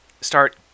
start